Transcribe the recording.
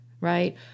right